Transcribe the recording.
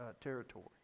territory